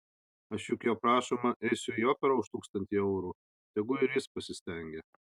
aš juk jo prašoma eisiu į operą už tūkstantį eurų tegu ir jis pasistengia